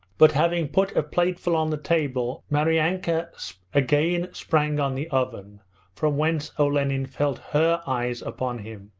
but having put a plateful on the table maryanka again sprang on the oven from whence olenin felt her eyes upon him.